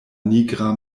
nigra